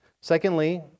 Secondly